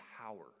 power